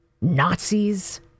Nazis